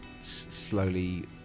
slowly